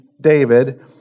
David